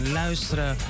luisteren